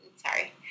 sorry